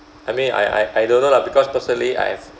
I mean I I I don't know lah because personally I have